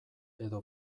edo